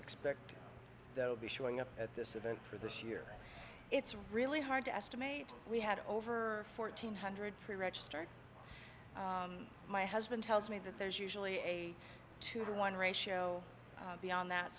expect there will be showing up at this event for this year it's really hard to estimate we had over fourteen hundred pre registered my husband tells me that there's usually a two to one ratio beyond that